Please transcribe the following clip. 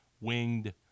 winged